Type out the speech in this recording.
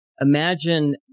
imagine